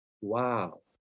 wow